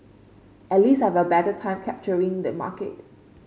at least I have a better time capturing the market